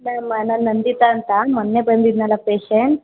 ma'am ನಾನು ನಂದಿತ ಅಂತ ಮೊನ್ನೆ ಬಂದಿದ್ದೆನಲ್ಲ ಪೇಶೆಂಟ್